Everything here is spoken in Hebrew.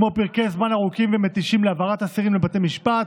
כמו פרקי זמן ארוכים ומתישים להעברת אסירים לבתי משפט